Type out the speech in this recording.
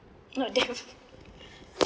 not them